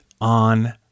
on